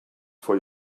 for